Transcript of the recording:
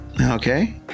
Okay